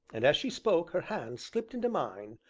and, as she spoke, her hand slipped into mine,